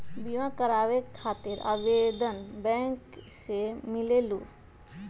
बिमा कराबे खातीर आवेदन बैंक से मिलेलु?